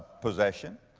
possession,